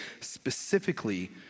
specifically